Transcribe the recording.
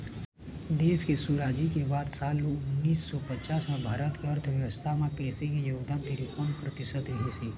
देश के सुराजी के बाद साल उन्नीस सौ पचास म भारत के अर्थबेवस्था म कृषि के योगदान तिरपन परतिसत रहिस हे